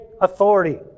authority